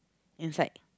inside